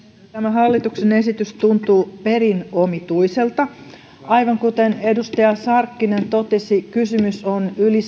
hallituksen esitys tuntuu perin omituiselta aivan kuten edustaja sarkkinen totesi kysymys on yli